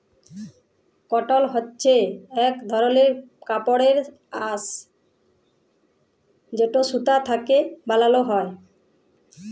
কটল হছে ইক ধরলের কাপড়ের আঁশ যেট সুতা থ্যাকে বালাল হ্যয়